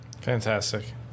Fantastic